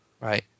right